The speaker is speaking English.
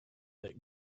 that